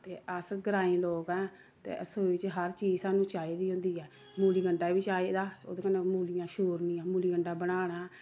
ते अस ग्रांईं लोक आं ते रसोई च हर चीज सानूं चाहिदी होंदी ऐ मूली गंडा बी चाहिदा ओह्दे कन्नै मूलियां शूरनियां मूली गंडा बनाना